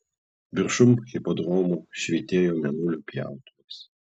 viršum hipodromo švytėjo mėnulio pjautuvas